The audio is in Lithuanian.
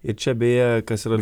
ir čia beje kas yra